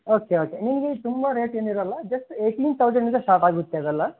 okay okay ನಿಮಗೆ ತುಂಬ rate ಏನು ಇರೋಲ್ಲ ಜಸ್ಟ್ ಏಯ್ಟೀನ್ ತೌಸಂಡಿಂದ ಸ್ಟಾರ್ಟ್ ಆಗುತ್ತೆ ಅದೆಲ್ಲ